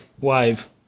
Wave